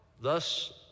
thus